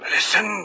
Listen